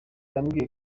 yambwiye